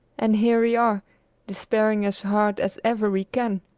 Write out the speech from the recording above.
and here we are despairing as hard as ever we can.